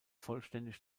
vollständig